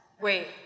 Wait